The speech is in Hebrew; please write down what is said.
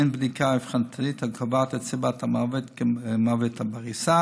אין בדיקה אבחנתית הקובעת את סיבת המוות כמוות בעריסה,